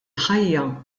ħajja